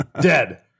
Dead